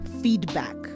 feedback